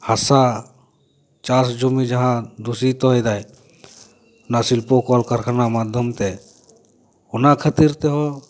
ᱦᱟᱥᱟ ᱪᱟᱥ ᱡᱚᱢᱤ ᱡᱟᱦᱟᱸ ᱫᱩᱥᱤᱛᱳ ᱮᱫᱟᱭ ᱚᱱᱟ ᱥᱤᱞᱯᱳ ᱠᱚᱞᱠᱟᱨᱠᱷᱟᱱᱟ ᱢᱟᱫᱷᱚᱢ ᱛᱮ ᱚᱱᱟ ᱠᱷᱟᱹᱛᱤᱨ ᱛᱮᱦᱚᱸ